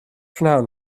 prynhawn